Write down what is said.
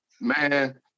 man